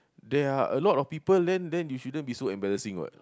there are a lot of people then then it shouldn't be so embarrassing what